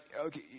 okay